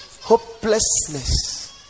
hopelessness